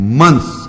months